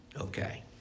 Okay